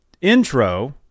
intro